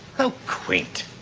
how quaint.